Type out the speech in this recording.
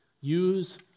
use